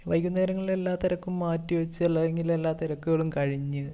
വൈകുന്നേരങ്ങളിൽ എല്ലാ തിരക്കും മാറ്റി വെച്ച് അല്ലെങ്കിൽ എല്ലാ തിരക്കുകളും കഴിഞ്ഞ്